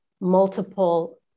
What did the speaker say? multiple